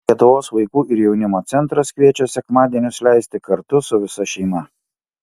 lietuvos vaikų ir jaunimo centras kviečia sekmadienius leisti kartu su visa šeima